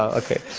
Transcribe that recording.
ah okay.